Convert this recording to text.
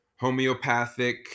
homeopathic